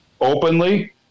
openly